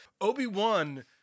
obi-wan